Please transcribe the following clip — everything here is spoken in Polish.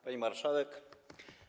Pani Marszałek!